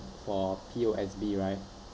for P_O_S_B right